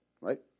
Right